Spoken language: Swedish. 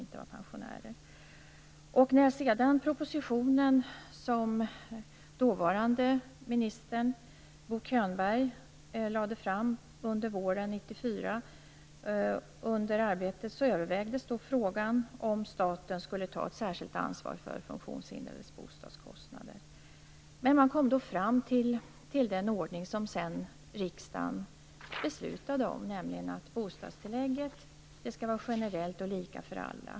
Sedan lades propositionen fram av dåvarande ministern Bo Könberg under våren 1994. Under arbetet övervägdes frågan om staten skulle ta ett särskilt ansvar för funktionshindrades bostadskostnader. Men man kom då fram till den ordning som riksdagen sedan beslutade om, nämligen att bostadstillägget skall vara generellt och lika för alla.